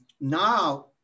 now